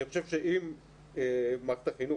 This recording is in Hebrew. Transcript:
אני חושב שאם מערכת החינוך,